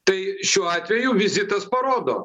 tai šiuo atveju vizitas parodo